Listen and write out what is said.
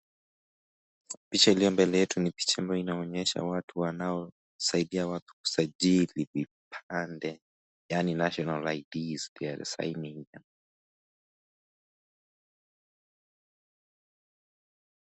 Picha iliyo mbele yetu ni picha ambayo inaonyesha watu wanaosaidia watu kusajili vipande. Yaani National IDs , they are signing .